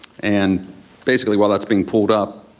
and basically while that's being pulled up,